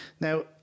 Now